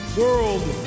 world